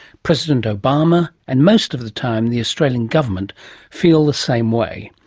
president obama and most of the time the australian government feel the same way.